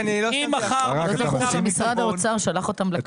טרופר, אתה מסכים איתי?